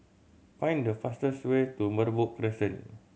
find the fastest way to Merbok Crescent